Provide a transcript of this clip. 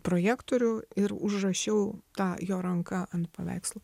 projektorių ir užrašiau tą jo ranka ant paveikslo